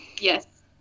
Yes